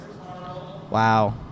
Wow